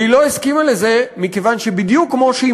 והיא לא הסכימה לזה מכיוון שבדיוק כמו שהיא